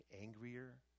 angrier